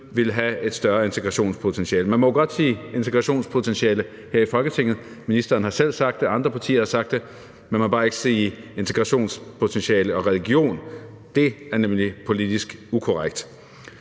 ville have et større integrationspotentiale. Man må godt sige integrationspotentiale her i Folketinget. Ministeren har selv sagt det. Andre partier har sagt det; man må bare ikke sige integrationspotentiale og religion. Det er nemlig politisk ukorrekt.